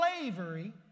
slavery